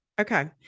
Okay